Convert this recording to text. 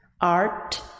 art